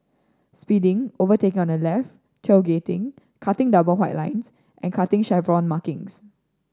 speeding overtaking on the left tailgating cutting double white lines and cutting chevron markings